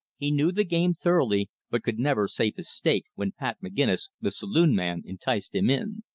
he knew the game thoroughly, but could never save his stake when pat mcginnis, the saloon man, enticed him in.